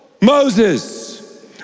Moses